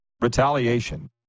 retaliation